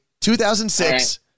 2006